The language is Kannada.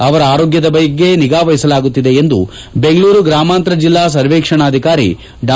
ಇವರ ಆರೋಗ್ಯದ ಮೇಲೆ ನಿಗಾವಹಿಸಲಾಗುತ್ತಿದೆ ಎಂದು ಬೆಂಗಳೂರು ಗ್ರಾಮಾಂತರ ಜಿಲ್ಲಾ ಸರ್ವೇಕ್ಷಣ ಅಧಿಕಾರಿ ಡಾ